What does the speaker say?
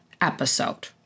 episode